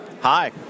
Hi